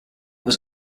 was